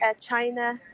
China